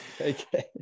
Okay